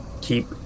keep